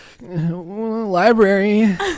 Library